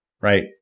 Right